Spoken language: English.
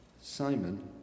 Simon